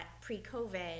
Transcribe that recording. pre-covid